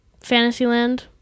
Fantasyland